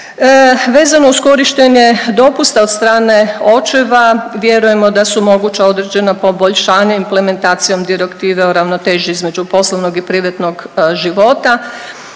Vezano uz korištenje dopusta od strane očeva, vjerujemo da su moguća određena poboljšanja implementacijom direktive o ravnoteži između poslovnog i privatnog života